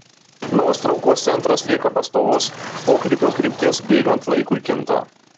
nors traukos centras lieka pastovus pokrypio kryptis bėgant laikui kinta